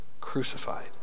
crucified